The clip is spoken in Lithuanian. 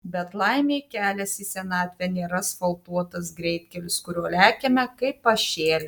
bet laimei kelias į senatvę nėra asfaltuotas greitkelis kuriuo lekiame kaip pašėlę